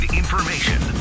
information